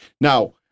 Now